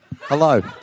Hello